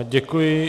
Děkuji.